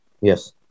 yes